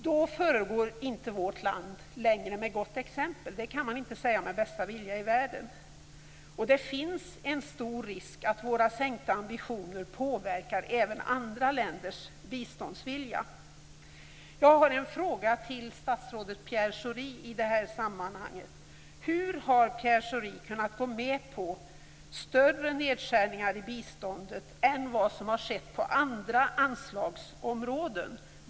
Därmed skulle vårt land inte längre föregå med gott exempel - det kan man inte med bästa vilja i världen säga. Det finns en stor risk att våra sänkta ambitioner påverkar även andra länders biståndsvilja. Jag har i det här sammanhanget två frågor till statsrådet Pierre Schori. Hur har för det första Pierre Schori kunnat gå med på större nedskärningar i biståndet än vad som har skett på andra anslagsområden?